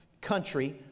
country